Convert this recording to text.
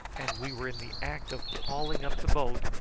and we were in the act of hauling up the boat,